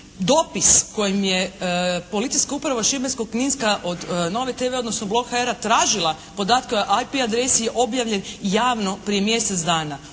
Dopis kojim je Policijska uprava Šibensko-kninska od NOVE TV odnosno blog.hr-a tražila podatke o “IP“ adresi je objavljen javno prije mjesec dana.